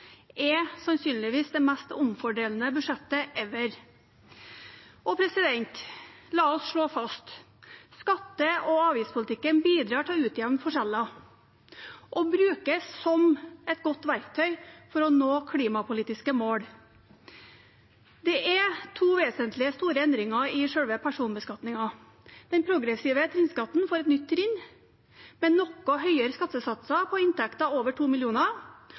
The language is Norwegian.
skatte- og avgiftspolitikken bidrar til å utjevne forskjeller og brukes som et godt verktøy for å nå klimapolitiske mål. Det er to vesentlige, store endringer i selve personbeskatningen. Den progressive trinnskatten får et nytt trinn med noe høyere skattesatser på inntekter over